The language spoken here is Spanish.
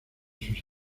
sus